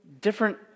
different